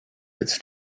its